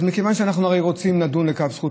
אז מכיוון שאנחנו הרי רוצים לדון לכף זכות,